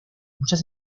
muchas